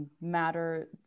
matter